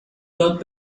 یاد